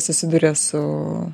susiduria su